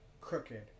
Crooked